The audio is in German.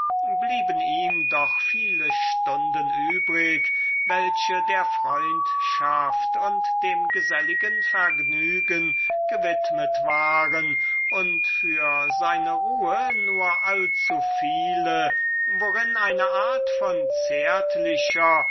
blieben ihm doch viele stunden übrig welche der freundschaft und dem geselligen vergnügen gewidmet waren und für seine ruhe nur allzuviele in denen eine art von zärtlicher